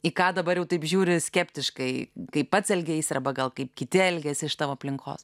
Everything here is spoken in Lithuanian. į ką dabar jau taip žiūri skeptiškai kai pats elgeisi arba gal kaip kiti elgiasi iš tavo aplinkos